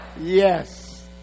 Yes